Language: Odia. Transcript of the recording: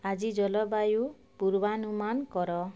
ଆଜି ଜଳବାୟୁ ପୂର୍ବାନୁମାନ କର